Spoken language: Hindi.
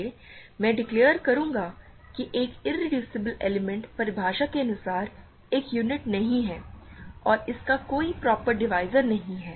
इसलिए मैं डिक्लेअर करूंगा कि एक इरेड्यूसबल एलिमेंट परिभाषा के अनुसार एक यूनिट नहीं है और इसका कोई प्रॉपर डिवीज़र नहीं है